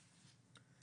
שיהיו כתוביות.